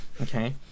okay